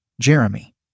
Jeremy